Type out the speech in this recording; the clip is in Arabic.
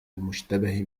المشتبه